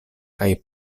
kaj